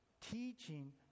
teaching